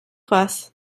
was